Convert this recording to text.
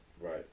Right